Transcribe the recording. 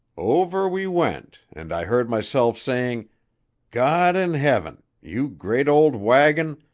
over we went, and i heard myself saying god in heaven! you great old wagon,